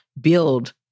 build